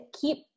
keep